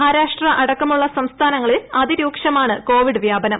മഹാരാഷ്ട്ര അടക്കമുള്ള സംസ്ഥാനങ്ങളിൽ അതിരൂക്ഷമാണ് കോവിഡ് വ്യാപനം